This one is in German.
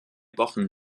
wochen